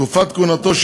תקופת כהונתו של